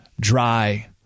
dry